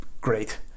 Great